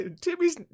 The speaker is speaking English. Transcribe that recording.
Timmy's